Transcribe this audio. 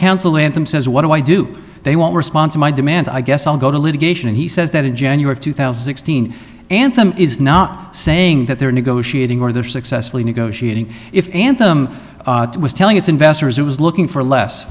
counsel and them says what do i do they won't respond to my demand i guess i'll go to litigation and he says that in january two thousand sixteen anthem is not saying that they're negotiating or they're successfully negotiating if anthem was telling its investors it was looking for less